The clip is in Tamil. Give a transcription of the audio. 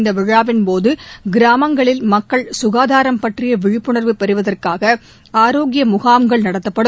இந்த விழாவின் போது கிராமங்களில் மக்கள் சுகாதாரம் பற்றிய விழிப்புணர்வு பெறுவதற்காக ஆரோக்கிய முகாம்கள் நடத்தப்படும்